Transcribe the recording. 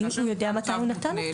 שכאשר ניתן צו מותנה,